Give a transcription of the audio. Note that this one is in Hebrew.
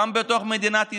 גם בתוך מדינת ישראל,